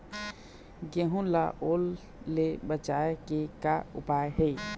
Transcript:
गेहूं ला ओल ले बचाए के का उपाय हे?